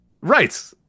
right